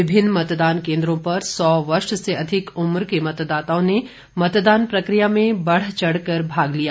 विभिन्न मतदान केन्द्रों पर सौ वर्ष से अधिक उम्र के मतदाताओं ने मतदान प्रक्रिया में बढ़ चढ़ कर भाग लिया